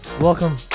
welcome